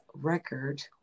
record